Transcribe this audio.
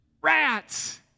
Rats